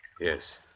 Yes